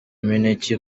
imineke